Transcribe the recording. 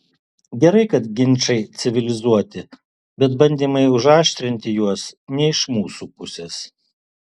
gerai kad ginčai civilizuoti bet bandymai užaštrinti juos ne iš mūsų pusės